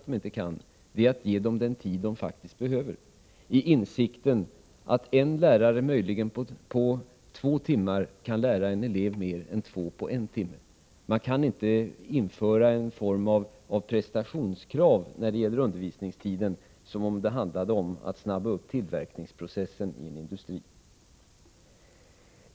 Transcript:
Den är att ge dem den tid som de faktiskt behöver i insikt om att en lärare möjligen på två timmar kan lära en elev mer än två lärare på en timme. Man kan inte införa en form av prestationskrav när det gäller undervisningstiden som om det handlade om att snabba upp tillverkningsprocessen i en industri.